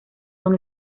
son